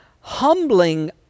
humbling